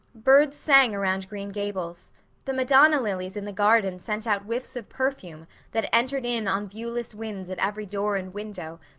birds sang around green gables the madonna lilies in the garden sent out whiffs of perfume that entered in on viewless winds at every door and window,